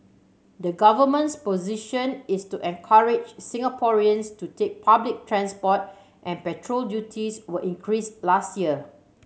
the government's position is to encourage Singaporeans to take public transport and petrol duties were increase last year